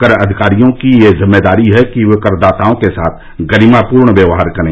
कर अधिकारियों की यह जिम्मेदारी है कि वे करदाताओं के साथ गरिमापूर्ण व्यवहार करें